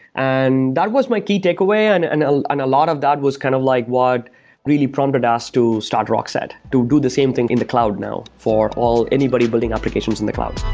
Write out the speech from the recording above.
and that was my key takeaway, and and ah and a lot of that was kind of like what really prompted us to start rockset to do the same thing in the cloud now for anybody anybody building applications in the cloud